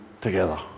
together